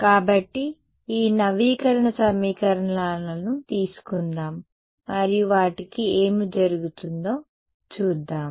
కాబట్టి ఈ నవీకరణ సమీకరణాలను తీసుకుందాం మరియు వాటికి ఏమి జరుగుతుందో చూద్దాం